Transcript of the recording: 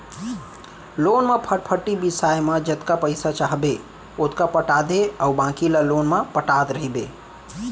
loan म फटफटी बिसाए म जतका पइसा चाहबे ओतका पटा दे अउ बाकी ल लोन म पटात रइबे